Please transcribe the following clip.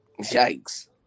Yikes